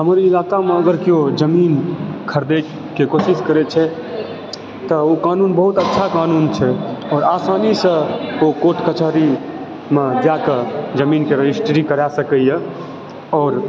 हमर ई इलाकामे अगर केओ जमीन खरीदैके कोशिश करै छै तऽओ कानून बहुत अच्छा कानून छै आओर आसानीसँ को कोर्ट कचहरीमे जाकऽ जमीन कऽ रजिस्ट्री करै सकैए आओर